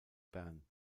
bern